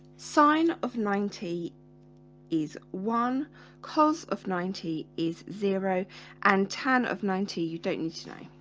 sine of ninety is one cos of ninety is zero and tan of ninety you don't need to know?